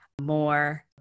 more